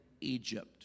Egypt